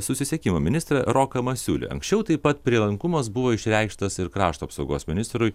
susisiekimo ministrą roką masiulį anksčiau taip pat prielankumas buvo išreikštas ir krašto apsaugos ministrui